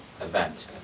event